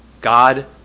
God